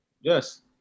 yes